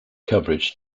coverage